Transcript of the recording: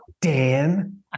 Dan